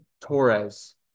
Torres